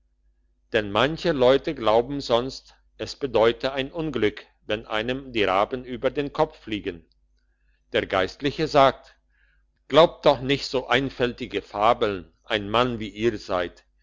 denn manche leute glauben sonst es bedeute ein unglück wenn einem die raben über den kopf fliegen der geistliche sagte glaubt doch nicht so einfältige fabeln ein mann wie ihr seid